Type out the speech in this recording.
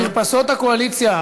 במרפסות הקואליציה,